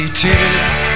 tears